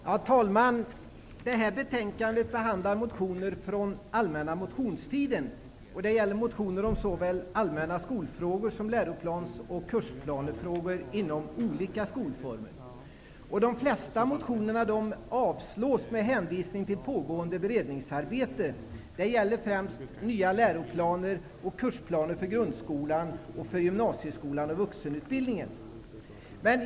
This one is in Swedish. Herr talman! I det här betänkandet behandlas motioner från den allmänna motionstiden om såväl allmänna skolfrågor som läroplans och kursplanefrågor inom olika skolformer. De flesta motioner avstyrks med hänvisning till pågående beredningsarbete. Det gäller främst nya läroplaner och kursplaner för grundskolan samt för gymnasieskolan och vuxenutbildningen.